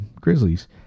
Grizzlies